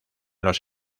los